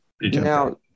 Now